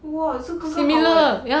!wah! 这个更好 eh